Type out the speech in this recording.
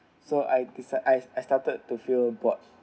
so I decide I I started to feel bored